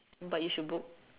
but you should book